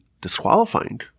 disqualifying